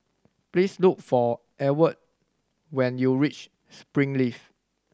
please look for Ewald when you reach Springleaf